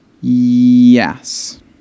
Yes